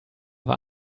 war